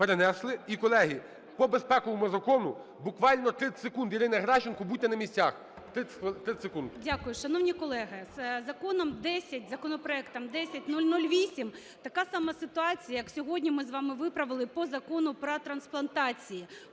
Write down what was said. І, колеги, по безпековому закону, буквально 30 секунд, Ірина Геращенко. Будьте на місцях. 30 секунд. 17:03:59 ГЕРАЩЕНКО І.В. Дякую. Шановні колеги, законопроектом 10008 така сама ситуація, як сьогодні ми з вами виправили по Закону про трансплантацію,